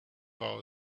our